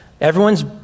Everyone's